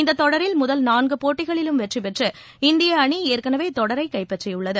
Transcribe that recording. இந்தத் தொடரில் முதல் நான்கு போட்டிகளிலும் வெற்றிபெற்று இந்திய அணி ஏற்கனவே தொடரை கைப்பற்றியுள்ளது